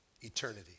eternity